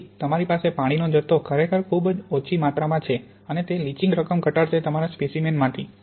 તેથી તમારી પાસે પાણીનો જથ્થો ખરેખર ખૂબ જ ઓછા માત્રામાં છે અને તે લીચિંગ રકમ ઘટાડશે તમારા સ્પેસીમેનમાંથી